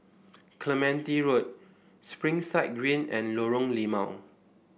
Clementi Road Springside Green and Lorong Limau